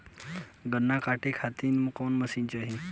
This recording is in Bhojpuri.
गन्ना कांटेके खातीर कवन मशीन चाही?